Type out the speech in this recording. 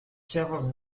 several